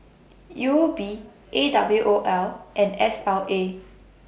Uob A W O L and S L A